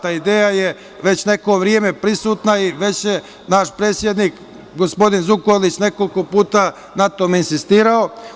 Ta ideja je već neko vreme prisutna i već je naš predsednik, gospodin Zukorlić, nekoliko puta na tome insistirao.